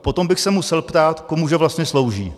Potom bych se musel ptát, komu že vlastně slouží.